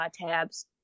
tabs